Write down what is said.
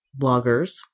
bloggers